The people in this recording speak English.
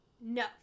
No